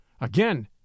Again